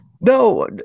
No